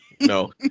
No